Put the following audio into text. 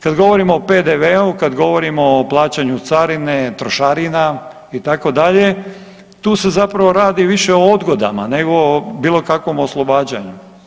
Kad govorimo o PDV-u, kad govorimo o plaćanju carine, trošarina itd., tu se zapravo radi više o odgodama nego o bilo kakvom oslobađaju.